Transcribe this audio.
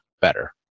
better